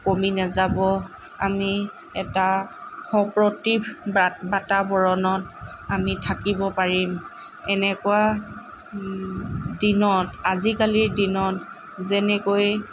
কমি নাযাব আমি এটা সপ্ৰতিভ বা বাতাবৰণত আমি থাকিব পাৰিম এনেকুৱা দিনত আজিকালিৰ দিনত যেনেকৈ